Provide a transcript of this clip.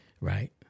right